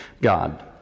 God